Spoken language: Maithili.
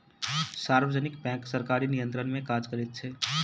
सार्वजनिक बैंक सरकारी नियंत्रण मे काज करैत छै